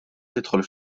tidħol